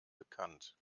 bekannt